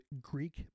Greek